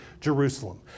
Jerusalem